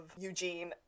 Eugene